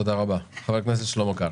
תודה רבה חבר הכנסת שלמה קרעי.